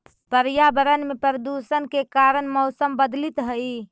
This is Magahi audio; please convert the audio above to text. पर्यावरण में प्रदूषण के कारण मौसम बदलित हई